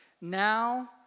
now